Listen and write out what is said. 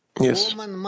Yes